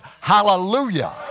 hallelujah